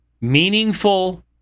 meaningful